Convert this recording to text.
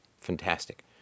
Fantastic